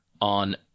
on